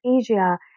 Asia